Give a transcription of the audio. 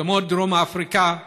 כמו דרום אפריקה,